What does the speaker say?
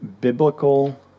biblical